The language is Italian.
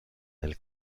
nel